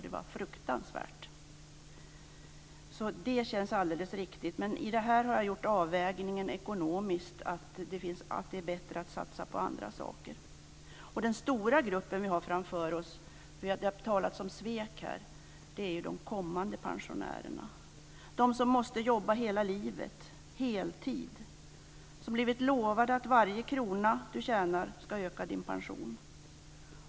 Det var fruktanvärt. Det känns alltså alldeles riktigt. Jag har i detta sammanhang gjort en ekonomisk avvägning. Det är alltid bättre att satsa på andra saker. Det har här talats om svek. Den stora grupp som vi har framför oss är de kommande pensionärerna, de som måste jobba hela livet på heltid och som blivit lovade att varje krona som de tjänar ska öka deras pension.